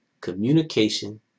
communication